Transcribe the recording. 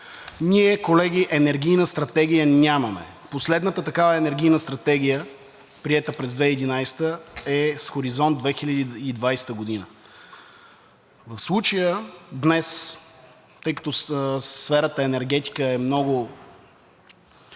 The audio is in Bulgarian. Ние, колеги, енергийна стратегия нямаме. Последната такава енергийна стратегия, приета през 2011 г., е с хоризонт 2020 г. В случая днес, тъй като сферата енергетика е много